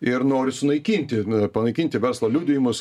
ir nori sunaikinti panaikinti verslo liudijimus